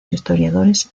historiadores